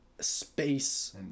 space